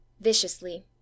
viciously